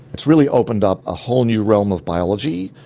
it's really opened up a whole new realm of biology.